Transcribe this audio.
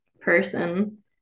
person